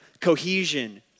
cohesion